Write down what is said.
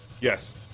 yes